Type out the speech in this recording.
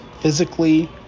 physically